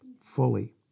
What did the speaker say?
fully